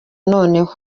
noneho